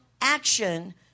action